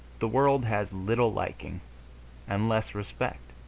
the world has little liking and less respect.